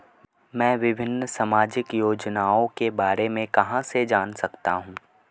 मैं विभिन्न सामाजिक योजनाओं के बारे में कहां से जान सकता हूं?